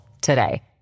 today